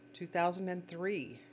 2003